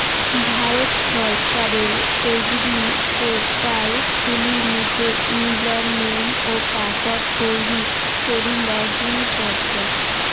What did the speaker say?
ভারত সরকারের এগ্রিপোর্টাল খুলি নিজের ইউজারনেম ও পাসওয়ার্ড তৈরী করি লগ ইন করচত